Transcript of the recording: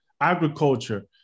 agriculture